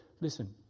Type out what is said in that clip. listen